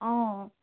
অঁ